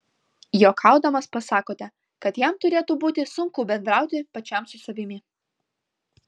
juokaudamas pasakote kad jam turėtų būti sunku bendrauti pačiam su savimi